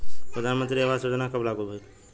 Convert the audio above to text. प्रधानमंत्री आवास योजना कब लागू भइल?